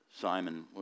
Simon